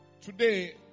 today